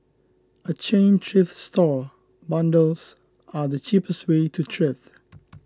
a chain thrift store bundles are the cheapest way to thrift